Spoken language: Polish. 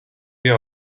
wie